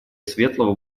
светлого